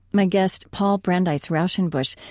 my guest, paul brandeis raushenbush,